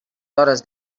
hores